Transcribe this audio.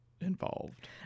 involved